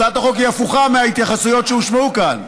הצעת החוק היא הפוכה מההתייחסויות שהושמעו כאן.